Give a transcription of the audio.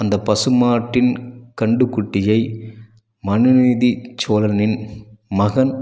அந்த பசு மாட்டின் கன்று குட்டியை மனுநீதிச் சோழனின் மகன்